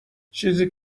چیزی